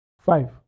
five